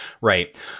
Right